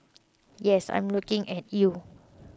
yes I'm looking at you